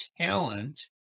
talent